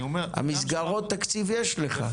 מסגרות תקציב יש לך.